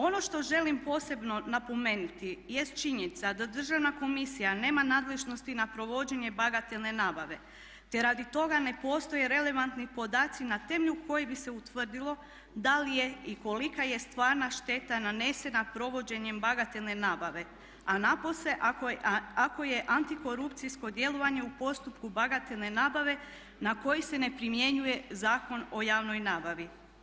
Ono što želim posebno napomenuti jest činjenica da državna komisija nema nadležnosti na provođenje bagatelne nabave, te radi toga ne postoje relevantni podaci na temelju kojih bi se utvrdilo da li je i kolika je stvarna šteta nanesena provođenjem bagatelne nabave, a napose ako je antikorupcijsko djelovanje u postupku bagatelne nabave na koji se ne primjenjuje Zakon o javnoj nabavi.